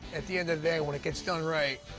at the end of the day, when it gets done right,